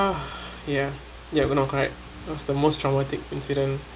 ya ya correct that's the most traumatic incident